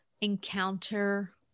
encounter